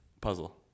puzzle